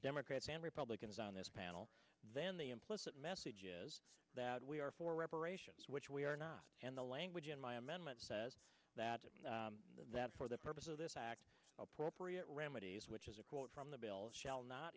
democrats and republicans on this panel then the implicit message is that we are for reparations which we are not and the language in my amendment says that that for the purposes of this act appropriate remedies which is a quote from the bill shall not